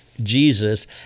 Jesus